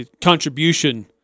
contribution